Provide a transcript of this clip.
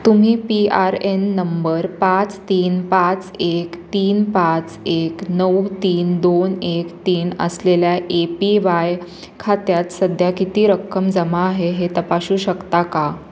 तुम्ही P R N number पाच तीन पाच एक तीन पाच एक नऊ तीन दोन एक तीन असलेल्या ए पी वाय खात्यात सध्या किती रक्कम जमा आहे हे तपासू शकता का